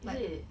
is it